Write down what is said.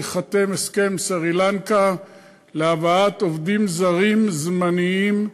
ייחתם הסכם סרי-לנקה להבאת עובדים זרים זמניים,